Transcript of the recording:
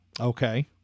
Okay